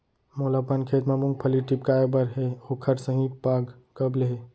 मोला अपन खेत म मूंगफली टिपकाय बर हे ओखर सही पाग कब ले हे?